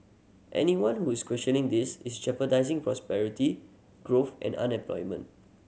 anyone who is questioning this is jeopardising prosperity growth and unemployment